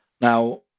Now